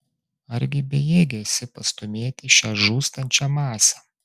argi bejėgė esi pastūmėti šią žūstančią masę